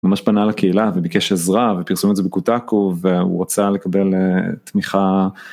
ממש פנה לקהילה וביקש עזרה ופרסמו את זה ב־Kotaku והוא רצה לקבל תמיכה...